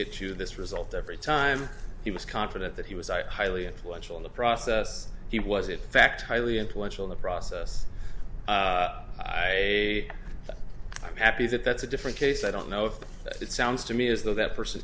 get to this result every time he was confident that he was i highly influential in the process he was in fact highly influential in the process i i'm happy that that's a different case i don't know if it sounds to me as though that person